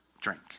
drink